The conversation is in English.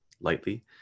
lightly